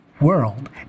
world